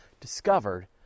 discovered